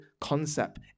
concept